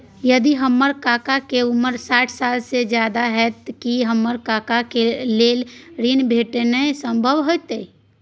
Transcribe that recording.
यदि हमर काका के उमर साठ साल से ज्यादा हय त की हमर काका के लेल ऋण भेटनाय संभव होतय?